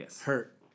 hurt